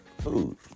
food